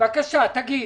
בבקשה תגיד,